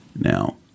Now